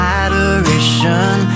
adoration